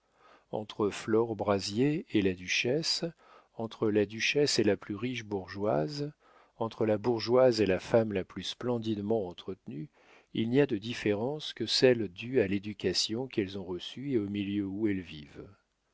entre flore brazier et la duchesse entre la duchesse et la plus riche bourgeoise entre la bourgeoise et la femme la plus splendidement entretenue il n'y a de différences que celles dues à l'éducation qu'elles ont reçue et aux milieux où elles vivent